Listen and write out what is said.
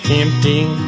empty